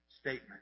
statement